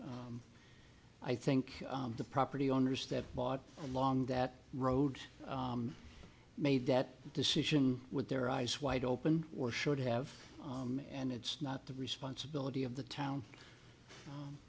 i think the property owners that bought along that road made that decision with their eyes wide open or should have and it's not the responsibility of the town